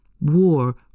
War